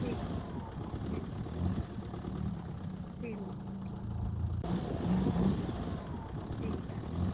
ठीक ऐ ठीक ऐ ठीक ऐ ठीक ऐ